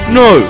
no